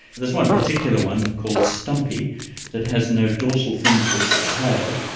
there is one particular one called stumpy that has no dorsal fin to its tail,